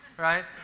right